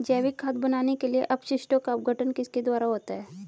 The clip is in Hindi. जैविक खाद बनाने के लिए अपशिष्टों का अपघटन किसके द्वारा होता है?